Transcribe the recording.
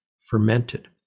fermented